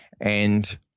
And-